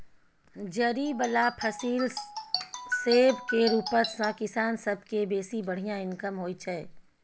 जरि बला फसिल सब केर उपज सँ किसान सब केँ बेसी बढ़िया इनकम होइ छै